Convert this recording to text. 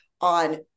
on